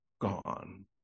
gone